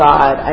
God